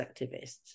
activists